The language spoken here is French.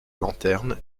lanterne